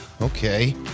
okay